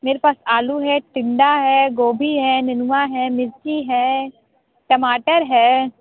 मेरे पास आलू है टिंडा है गोभी है निनूआ है मिर्ची है टमाटर है